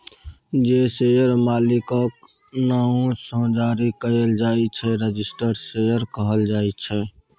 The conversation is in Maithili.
जे शेयर मालिकक नाओ सँ जारी कएल जाइ छै रजिस्टर्ड शेयर कहल जाइ छै